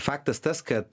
faktas tas kad